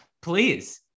Please